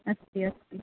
अस्ति अस्ति